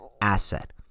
asset